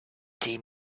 team